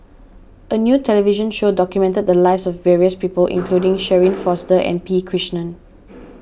a new television show documented the lives of various people including Shirin Fozdar and P Krishnan